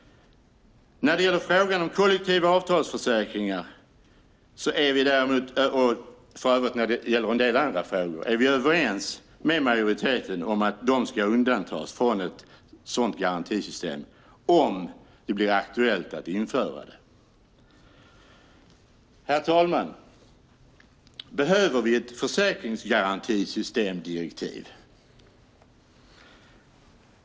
När det gäller frågan om kollektiva avtalsförsäkringar, och för övrigt en del andra frågor, är vi överens med majoriteten om att de ska undantas från ett sådant garantisystem, om det blir aktuellt att införa det. Herr talman! Behöver vi ett försäkringsgarantisystemdirektiv?